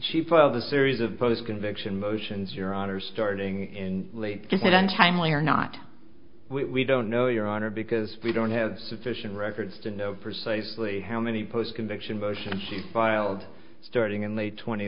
she filed a series of post conviction motions your honor starting in just that on timely or not we don't know your honor because we don't have sufficient records to know precisely how many post conviction motion she filed starting in late tw